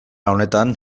honetan